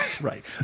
right